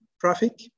traffic